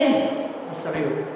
אין מוסריות.